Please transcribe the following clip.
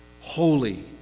holy